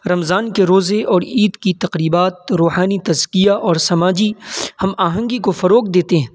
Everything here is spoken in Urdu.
رمضان کے روزے اور عید کی تقریبات روحانی تزکیہ اور سماجی ہم آہنگی کو فروغ دیتے ہیں